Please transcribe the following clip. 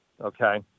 Okay